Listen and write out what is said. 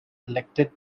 elected